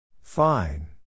Fine